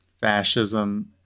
fascism